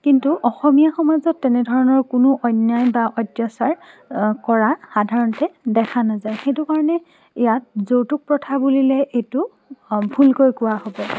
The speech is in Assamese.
কিন্তু অসমীয়া সমাজত তেনেধৰণৰ কোনো অন্যায় বা অত্যাচাৰ কৰাৰ সাধাৰণতে দেখা নাযায় সেইটো কাৰণে ইয়াক যৌতুক প্ৰথা বুলিলে এইটো ভুলকৈ কোৱা হ'ব